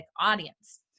audience